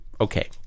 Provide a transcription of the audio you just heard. okay